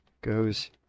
goes